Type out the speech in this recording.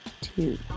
two